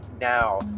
now